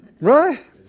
Right